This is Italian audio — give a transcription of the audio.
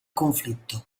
conflitto